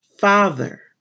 Father